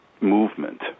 movement